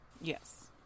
yes